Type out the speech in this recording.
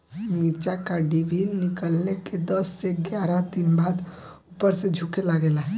मिरचा क डिभी निकलले के दस से एग्यारह दिन बाद उपर से झुके लागेला?